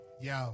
Yo